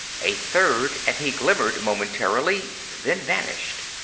a third and he glimmered momentarily, then vanished.